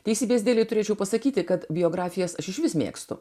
teisybės dėlei turėčiau pasakyti kad biografijas aš išvis mėgstu